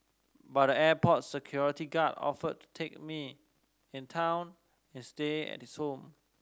but the airport security guard offered to take me in town and stay at his home